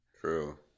true